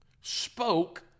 spoke